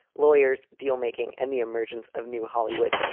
lawyers, dealmaking and the emergence of new hollywood.